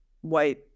white